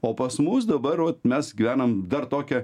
o pas mus dabar vat mes gyvenam dar tokią